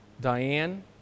Diane